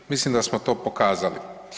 Mislim da smo to pokazali.